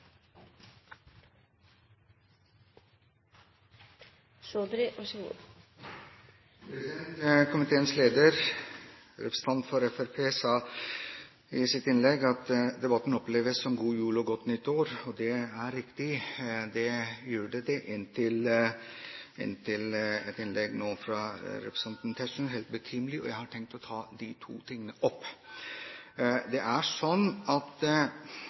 godt nytt år. Det er riktig, det gjorde den inntil innlegget nå fra representanten Tetzschner – helt betimelig – og jeg har tenkt å ta de to tingene opp. Det er sånn at